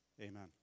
Amen